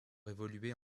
évoluer